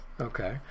Okay